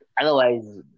Otherwise